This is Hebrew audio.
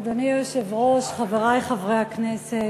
אדוני היושב-ראש, חברי חברי הכנסת,